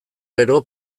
gero